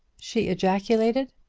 she ejaculated.